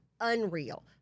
unreal